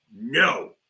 No